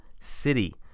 City